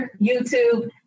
YouTube